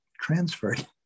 transferred